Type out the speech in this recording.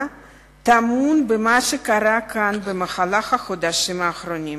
טמון במה שקרה כאן במהלך החודשים האחרונים,